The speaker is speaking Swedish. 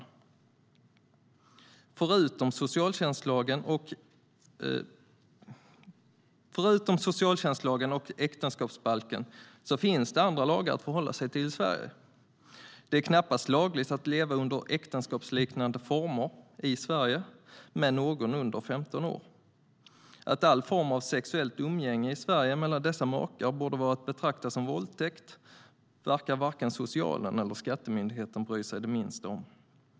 Förutom socialtjänstlagen och äktenskapsbalken finns det andra lagar att förhålla sig till i Sverige, för det är knappast lagligt att leva under äktenskapsliknande former i Sverige med någon som är under 15 år. Att all form av sexuellt umgänge i Sverige mellan dessa makar borde vara att betrakta som våldtäkt verkar varken socialtjänsten eller skattemyndigheten bry sig det minsta om.